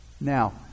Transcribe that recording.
Now